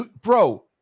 bro